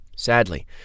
Sadly